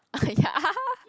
ya